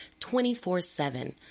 24-7